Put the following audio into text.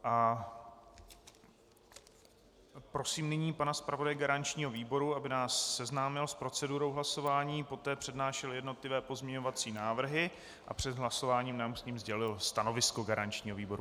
A prosím nyní pana zpravodaje garančního výboru, aby nás seznámil s procedurou hlasování, poté přednášel jednotlivé pozměňovací návrhy a před hlasováním nám sdělil stanovisko garančního výboru.